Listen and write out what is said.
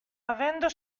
avendo